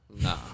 Nah